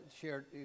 shared